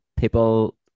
People